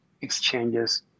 exchanges